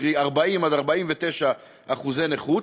קרי 40% 49% אחוזי נכות,